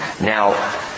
Now